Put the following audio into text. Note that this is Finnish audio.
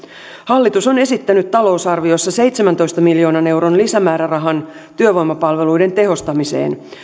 hallitus on esittänyt talousarviossa seitsemäntoista miljoonan euron lisämäärärahan työvoimapalveluiden tehostamiseen